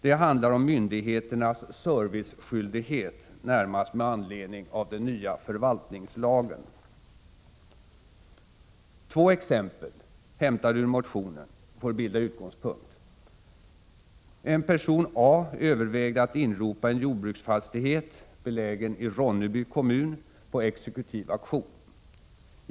Det omfattar myndigheternas serviceskyldighet, närmast med anledning av den nya förvaltningslagen. Två exempel — hämtade ur motionen — får bilda utgångspunkt. En person, A, övervägde att inropa en jordbruksfastighet — belägen i Ronneby kommun — på exekutiv auktion.